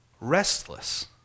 Restless